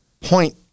point